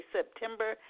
September